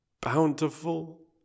bountiful